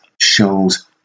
shows